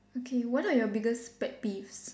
okay what are your biggest pet peeves